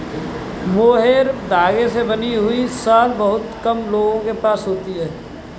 mohair धागे से बनी हुई शॉल बहुत कम लोगों के पास होती है